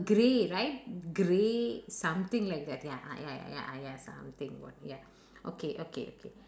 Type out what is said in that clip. grey right grey something like that ya ah ya ya ya ah ya something what ya okay okay okay